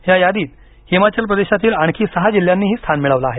या यादीत हिमाचल प्रदेशातील आणखी सहा जिल्ह्यांनीही स्थान मिळवलं आहे